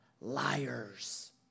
liars